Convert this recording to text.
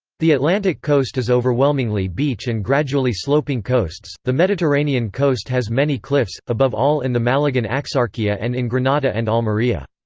the atlantic coast is overwhelmingly beach and gradually sloping coasts the mediterranean coast has many cliffs, above all in the malagan axarquia and in granada and almeria.